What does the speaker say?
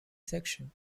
section